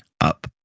up